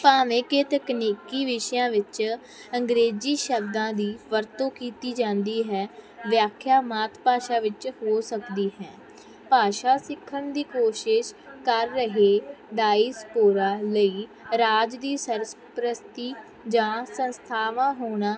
ਭਾਵੇਂ ਕਿ ਤਕਨੀਕੀ ਵਿਸ਼ਿਆਂ ਵਿੱਚ ਅੰਗਰੇਜ਼ੀ ਸ਼ਬਦਾਂ ਦੀ ਵਰਤੋਂ ਕੀਤੀ ਜਾਂਦੀ ਹੈ ਵਿਆਖਿਆ ਮਾਤ ਭਾਸ਼ਾ ਵਿੱਚ ਹੋ ਸਕਦੀ ਹੈ ਭਾਸ਼ਾ ਸਿੱਖਣ ਦੀ ਕੋਸ਼ਿਸ਼ ਕਰ ਰਹੇ ਡਾਈਸਪੂਰਾ ਲਈ ਰਾਜ ਦੀ ਸਰਪ੍ਰਸਤੀ ਜਾਂ ਸੰਸਥਾਵਾਂ ਹੋਣਾ